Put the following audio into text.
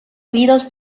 heridos